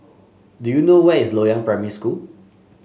do you know where is Loyang Primary School